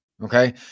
okay